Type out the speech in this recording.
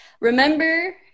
remember